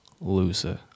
loser